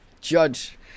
judge